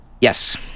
Yes